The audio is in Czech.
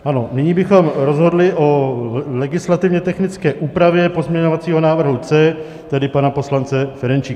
Ano, nyní bychom rozhodli o legislativně technické úpravě pozměňovacího návrhu C, tedy pana poslance Ferjenčíka.